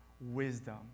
wisdom